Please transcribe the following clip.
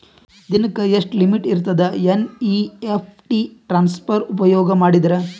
ದಿನಕ್ಕ ಎಷ್ಟ ಲಿಮಿಟ್ ಇರತದ ಎನ್.ಇ.ಎಫ್.ಟಿ ಟ್ರಾನ್ಸಫರ್ ಉಪಯೋಗ ಮಾಡಿದರ?